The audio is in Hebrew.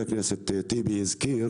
את הבעיות האלה וגם עדיין להרוויח היטב.